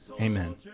Amen